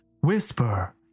whisper